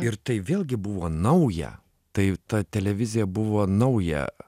ir tai vėlgi buvo nauja tai ta televizija buvo nauja